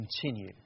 continue